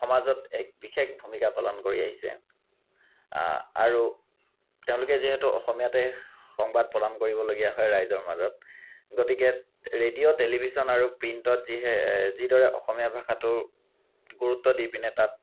সমাজত এক বিশেষ ভূমিকা পালন কৰি আহিছে আৰু তেওঁলোকে যিহেতু অসমীয়াতে সংবাদ প্ৰদান কৰিবলগীয়া হয় ৰাইজৰ মাজত গতিকে ৰেডিঅ' টেলিভিশ্যন আৰু প্ৰিণ্টত যিহে যিদৰে অসমীয়া ভাষাটোৰ গুৰুত্ব দি পিনে তাত